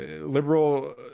liberal